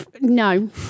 no